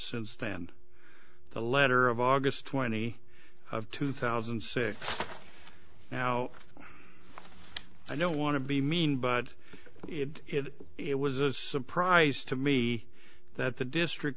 since then the letter of august twenty two thousand and six now i don't want to be mean but it it was a surprise to me that the district